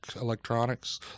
electronics